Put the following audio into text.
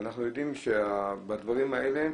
אנחנו יודעים שבדברים האלה,